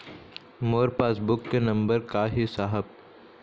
मोर passbook के number का ही साहब?